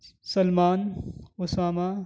Salman Usama